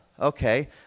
Okay